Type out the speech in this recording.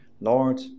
Lord